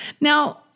Now